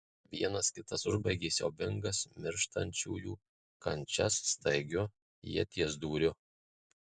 vienas kitas užbaigė siaubingas mirštančiųjų kančias staigiu ieties dūriu